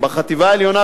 בחטיבה העליונה,